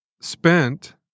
spent